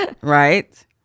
right